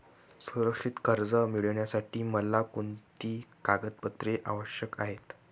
सुरक्षित कर्ज मिळविण्यासाठी मला कोणती कागदपत्रे आवश्यक आहेत